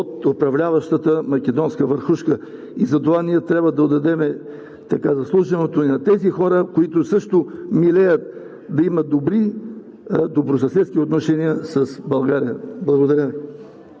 от управляващата македонска върхушка и затова ние трябва да отдадем заслуженото и на тези хора, които също милеят да имат добри съседски отношения с България. Благодаря.